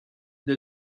der